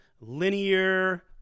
linear